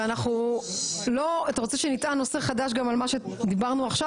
ואתה רוצה שנטען נושא חדש גם על מה שדיברנו עכשיו?